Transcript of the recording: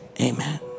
amen